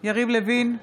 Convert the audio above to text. יריב לוין,